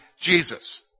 Jesus